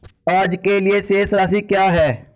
आज के लिए शेष राशि क्या है?